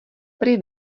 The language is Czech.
prý